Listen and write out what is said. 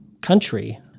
country